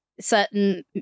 certain